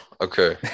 Okay